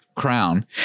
crown